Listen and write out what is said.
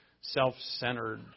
self-centered